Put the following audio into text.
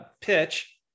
pitch